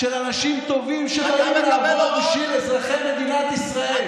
של אנשים טובים שבאים לעבוד בשביל אזרחי מדינת ישראל?